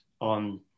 on